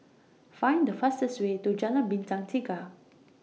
Find The fastest Way to Jalan Bintang Tiga